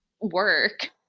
work